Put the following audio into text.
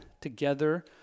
together